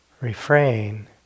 refrain